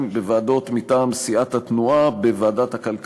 בוועדות מטעם סיעת התנועה: בוועדת הכלכלה,